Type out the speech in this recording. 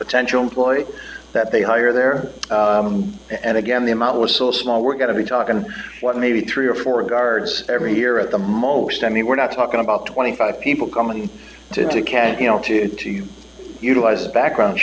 potential employee that they hire there and again the amount was so small we're going to be talking about maybe three or four guards every year at the most i mean we're not talking about twenty five people coming to a camp you know to utilize a background